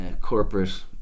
corporate